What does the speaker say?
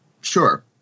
Sure